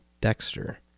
Dexter